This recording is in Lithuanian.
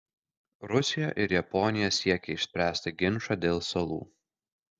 rusija ir japonija siekia išspręsti ginčą dėl salų